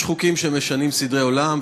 יש חוקים שמשנים סדרי עולם,